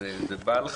זה בעל חיים.